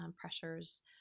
pressures